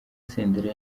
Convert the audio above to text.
senderi